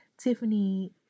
Tiffany